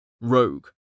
Rogue